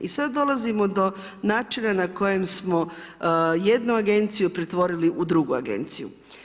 I sada dolazimo do načina na kojem smo jednu agenciju pretvorili u drugu agenciju.